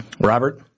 Robert